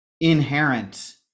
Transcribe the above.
inherent